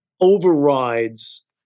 overrides